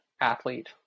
athlete